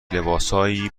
لباسهای